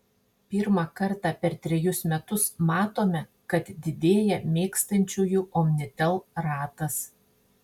pirmą kartą per trejus metus matome kad didėja mėgstančiųjų omnitel ratas